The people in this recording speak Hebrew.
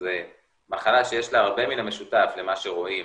שזה מחלה שיש לה הרבה מהמשותף למה שרואים